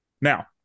now